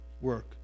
work